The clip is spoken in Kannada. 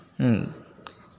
ಹ್ಞೂ